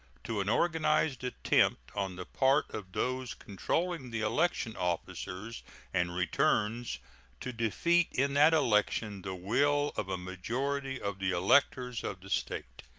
to an organized attempt on the part of those controlling the election officers and returns to defeat in that election the will of a majority of the electors of the state.